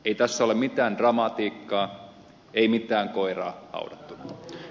ei tässä ole mitään dramatiikkaa ei mitään koiraa haudattuna